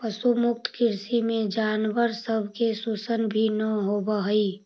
पशु मुक्त कृषि में जानवर सब के शोषण भी न होब हई